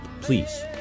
please